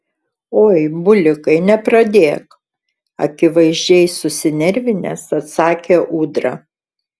oi bulikai nepradėk akivaizdžiai susinervinęs atsakė ūdra